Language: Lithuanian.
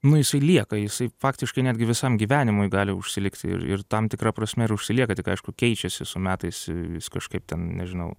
na jisai lieka jisai faktiškai netgi visam gyvenimui gali užsilikti ir ir tam tikra prasme ir užsilieka tik aišku keičiasi su metais vis kažkaip ten nežinau